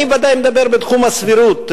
אני ודאי מדבר בתחום הסבירות,